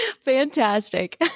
fantastic